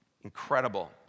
Incredible